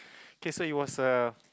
okay so it was a